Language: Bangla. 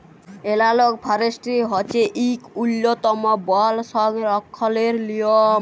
এলালগ ফরেসটিরি হছে ইক উল্ল্যতম বল সংরখ্খলের লিয়ম